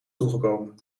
toegekomen